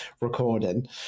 recording